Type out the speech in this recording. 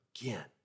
again